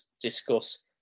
discuss